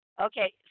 Okay